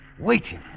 Waiting